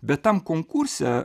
bet tam konkurse